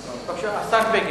בבקשה, השר בגין.